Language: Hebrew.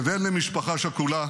כבן למשפחה שכולה